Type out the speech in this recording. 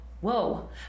whoa